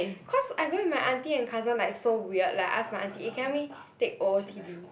cause I going with my auntie and cousin like so weird like I ask my auntie eh can help me take o_o_t_d